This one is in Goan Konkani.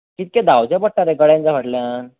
कितलें धांवचें पडटा रे गड्यांच्या फाटल्यान